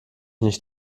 nicht